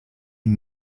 you